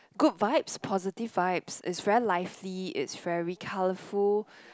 good vibes positive vibes it's very lively it's very colourful